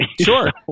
Sure